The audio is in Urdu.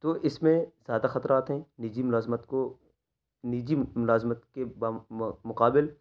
تو اس میں زیادہ خطرات ہیں نجی ملازمت کو نجی ملازمت کے با مقابل